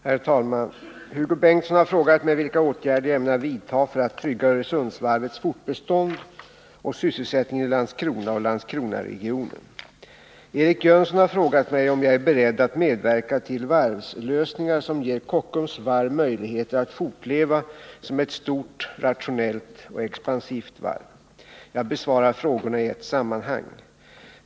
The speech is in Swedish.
Herr talman! Hugo Bengtsson har frågat mig vilka åtgärder jag ämnar vidta för att trygga Öresundsvarvets fortbestånd och sysselsättningen i Landskrona och Landskronaregionen. Eric Jönsson har frågat mig om jag är beredd att medverka till varvslösningar, som ger Kockums varv möjligheter att fortleva som ett stort, rationellt och expansivt varv. Jag besvarar frågorna i ett sammanhang.